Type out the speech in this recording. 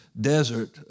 desert